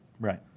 Right